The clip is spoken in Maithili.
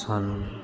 सन